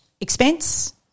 expense